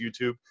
YouTube